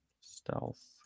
Stealth